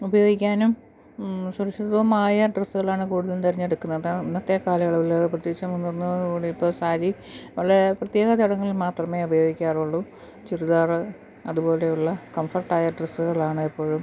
ഉപയോഗിക്കാനും സുരക്ഷിതവുമായ ഡ്രസ്സുകളാണ് കൂടുതലും തിരഞ്ഞെടുക്കുന്നത് ഇന്നത്തെ കാലയളവിൽ പ്രത്യേകിച്ച് നമ്മളെന്നു പറഞ്ഞാൽ ഓട് ഇപ്പം സാരി വളരെ പ്രത്യേക ചടങ്ങുകളിൽ മാത്രമേ ഉപയോഗിക്കാറുള്ളൂ ചുരിദാർ അതുപോലെയുള്ള കംഫർട്ടായ ഡ്രസ്സ്കളാണ് എപ്പോഴും